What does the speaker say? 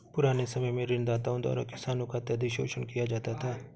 पुराने समय में ऋणदाताओं द्वारा किसानों का अत्यधिक शोषण किया जाता था